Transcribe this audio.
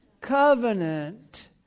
covenant